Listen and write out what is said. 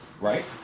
right